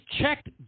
checked